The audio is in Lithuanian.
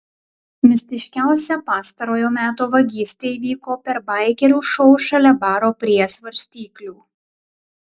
mistiškiausia pastarojo meto vagystė įvyko per baikerių šou šalia baro prie svarstyklių